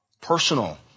personal